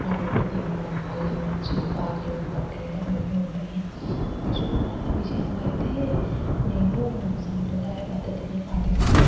అటు ఇటు దింపడం మళ్ళీ వచ్చి పాకలో కట్టేయడం ఇవే ఉంటాయి పశుపు పోషణ విషయంలో అయితే నేను సాంప్రదాయ పద్దతినే పాటిస్తాను